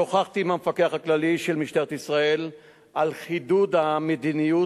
שוחחתי עם המפקח הכללי של משטרת ישראל על חידוד המדיניות